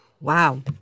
Wow